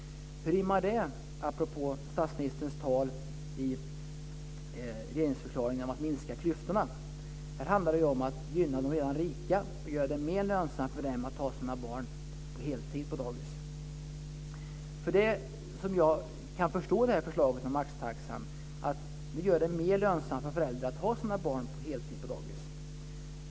Hur rimmar det med statsministerns tal i regeringsförklaringen om att minska klyftorna? Här handlar det ju om att gynna de redan rika och göra det mer lönsamt för dem att ha sina barn på dagis på heltid. Det är nämligen så jag förstår förslaget om maxtaxan: Det gör det mer lönsamt för föräldrar att ha sina barn på dagis på heltid.